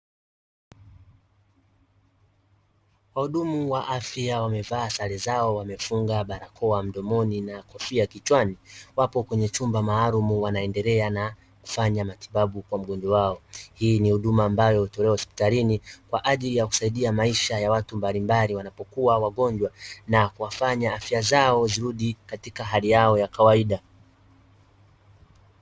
Wahudumu wa afya wamevaa sare zao wamefunga barakoa mdomoni na kofia kichwani, Wapo kwenye chumba maalumu wanaendelea na kufanya matibabu kwa mgonjwa wao. Hii ni huduma ambayo hutolewa hospitalini kwa ajili ya kusaidia maisha ya watu mbalimbali wanapokuwa wagonjwa, na kuwafanya afya zao zirudi katika hali yao ya kawaida.